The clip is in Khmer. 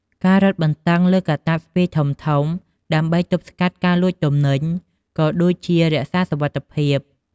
ការរឹតបន្តឹងលើកាតាបស្ពាយធំៗដើម្បីទប់ស្កាត់ការលួចទំនិញ ក៏ដូចជារក្សាសុវត្ថិភាព។